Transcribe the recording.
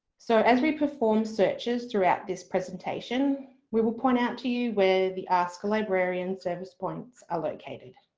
so as we perform searches throughout this presentation we will point out to you where the ask-a-librarian service points are located.